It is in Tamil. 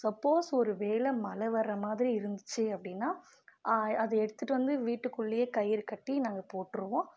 சப்போஸ் ஒருவேளை மழை வர மாதிரி இருந்துச்சு அப்படின்னா அதை எடுத்துட்டு வந்து வீட்டுக்குள்ளேயே கயிறு கட்டி நாங்கள் போட்டுருவோம்